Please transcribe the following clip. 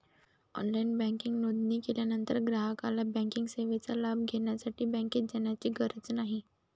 online banking नोंदणी केल्यानंतर ग्राहकाला बँकिंग सेवेचा लाभ घेण्यासाठी बँकेत जाण्याची गरज नाही